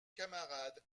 camarade